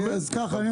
אז ככה.